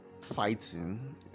fighting